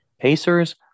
Pacers